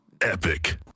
Epic